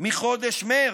מחודש מרץ.